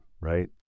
right